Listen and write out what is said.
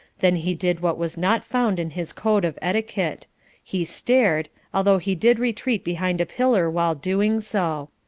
then he did what was not found in his code of etiquette he stared, although he did retreat behind a pillar while doing so.